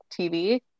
tv